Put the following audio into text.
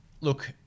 look